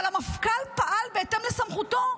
אבל המפכ"ל פעל בהתאם לסמכותו,